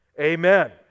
amen